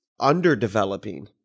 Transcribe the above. underdeveloping